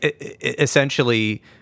essentially